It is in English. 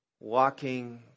Walking